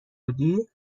بودی